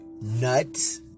nuts